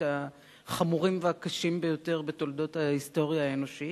החמורים והקשים ביותר בתולדות ההיסטוריה האנושית,